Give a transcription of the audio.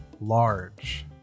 large